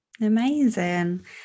Amazing